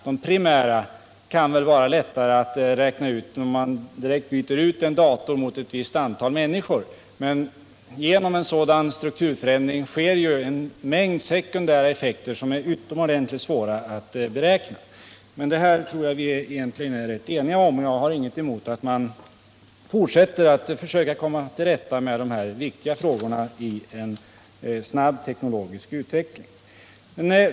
Det är inte så svårt att räkna ut den primära effekten av att byta ut en dator mot ett visst antal människor, men en sådan strukturförändring får alltså även en mängd sekundära effekter, som är utomordentligt svåra att beräkna. Men detta tror jag att vi är rätt eniga om, och jag har ingenting emot att man fortsätter att försöka belysa dessa viktiga frågor som uppstår med en snabb teknologisk utveckling.